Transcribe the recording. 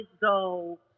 go